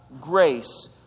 grace